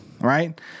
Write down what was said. right